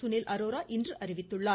சுனில் அரோரா இன்று அறிவித்துள்ளார்